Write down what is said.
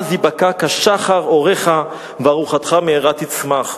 אז יבקע כשחר אורך וארוכתך מהרה תצמח.